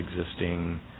existing